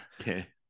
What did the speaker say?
Okay